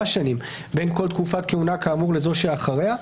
שנים בין כל תקופה כהונה כאמור לזו שאחריה.